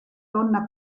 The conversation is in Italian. donna